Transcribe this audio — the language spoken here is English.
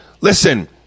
Listen